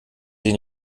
den